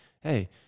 Hey